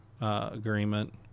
agreement